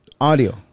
audio